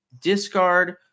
discard